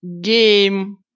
game